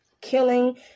killing